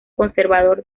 conservador